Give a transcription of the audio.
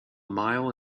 mile